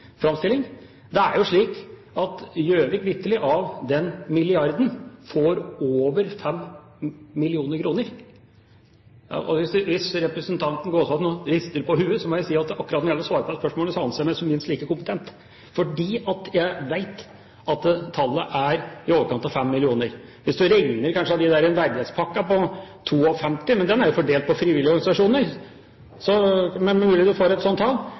framstilling. Det er jo slik at Gjøvik vitterlig får over 5 mill. kr av den milliarden. Hvis representanten Gåsvatn nå rister på hodet, må jeg si at akkurat når det gjelder å svare på dette spørsmålet, anser jeg meg som minst like kompetent, fordi jeg vet at tallet er i overkant av 5 mill. kr. Hvis du regner ut fra verdighetspakken på 52 mill. kr, er det kanskje mulig at du får et slikt tall, men den er fordelt på frivillige organisasjoner. Det var et